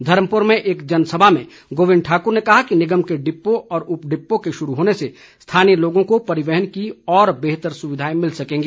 धर्मपुर में एक जनसभा में गोबिंद ठाकर ने कहा कि निगम के डिपो और उपडिपो के शुरू होने से स्थानीय लोगों को परिवहन की और बेहतर सुविधाएं मिल सकेंगी